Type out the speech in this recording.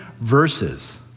verses